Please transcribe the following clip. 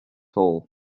all